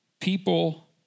people